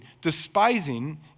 Despising